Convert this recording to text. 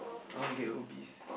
I want to get obese